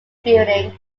building